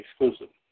exclusive